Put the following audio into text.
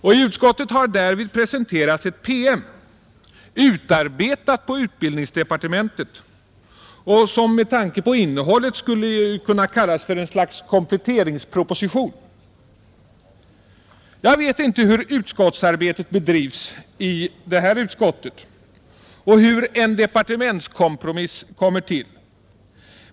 Och i utskottet har därvid presenterats en PM som är utarbetad på utbildningsdepartementet och som med tanke på innehållet skulle kunna kallas för ett slags kompletteringsproposition. Jag vet inte hur utskottsarbetet bedrivs i det här utskottet och hur en departementskompromiss kommer till.